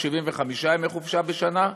75 ימי חופשה בשנה,